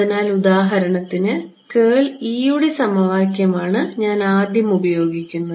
അതിനാൽ ഉദാഹരണത്തിന് curl E യുടെ സമവാക്യമാണ് ഞാനാദ്യം ഉപയോഗിക്കുന്നത്